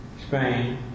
Spain